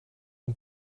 een